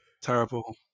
terrible